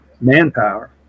Manpower